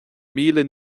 míle